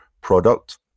product